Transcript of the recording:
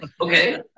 Okay